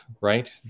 right